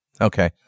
Okay